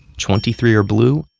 twenty three are blue,